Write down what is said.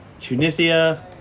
Tunisia